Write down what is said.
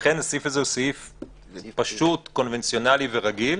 ולכן הסעיף הזה הוא סעיף פשוט, קונבנציונלי ורגיל.